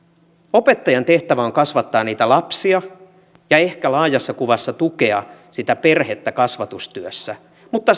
opettajan tehtävä on kasvattaa lapsia ja ehkä laajassa kuvassa tukea perhettä kasvatustyössä mutta